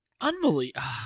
Unbelievable